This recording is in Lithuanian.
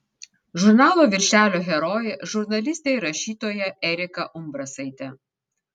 žurnalo viršelio herojė žurnalistė ir rašytoja erika umbrasaitė